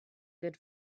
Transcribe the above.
good